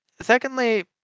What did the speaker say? secondly